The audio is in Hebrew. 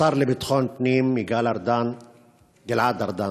השר לביטחון הפנים גלעד ארדן